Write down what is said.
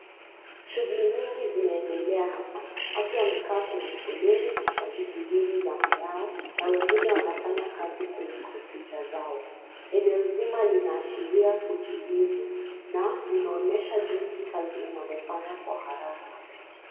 Shughli nyingi zimeendelea hapa watu wamekaa kwenye foleni wakisubiri zamu yao na wengine wanafanya kazi kwenye kompyuta zao. Eneo zima linaashiria utulivu na linaonyesha jinsi kazi inavofanywa kwa haraka.